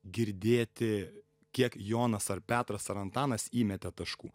girdėti kiek jonas ar petras ar antanas įmetė taškų